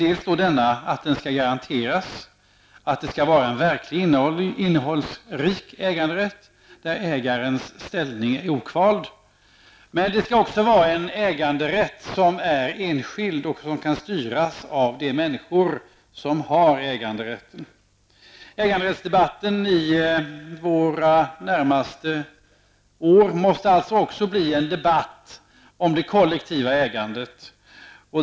Dels skall det garanteras att det är en verkligt innehållsrik äganderätt, där ägarens ställning är okvald, dels skall det vara en äganderätt som är enskild och kan styras av de människor som har äganderätten. Äganderättsdebatten de närmaste åren måste också bli en debatt om det kollektiva ägandet.